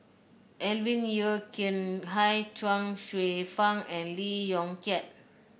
Alvin Yeo Khirn Hai Chuang Hsueh Fang and Lee Yong Kiat